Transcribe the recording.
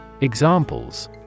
Examples